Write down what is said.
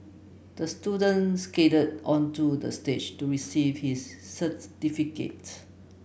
the student skated onto the stage to receive his certificate